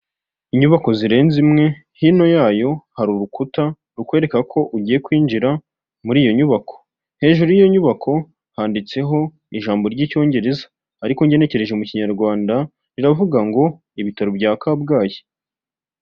Inyubako zirenze imwe hino yayo hari urukuta rukwereka ko ugiye kwinjira muri iyo nyubako, hejuru y'iyo nyubako handitseho ijambo ry'icyongereza, ariko ngenekereje mu kinyarwanda riravuga ngo ibitaro bya kabgayi.